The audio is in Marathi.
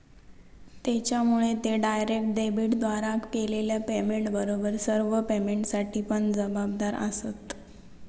त्येच्यामुळे ते डायरेक्ट डेबिटद्वारे केलेल्या पेमेंटबरोबर सर्व पेमेंटसाठी पण जबाबदार आसंत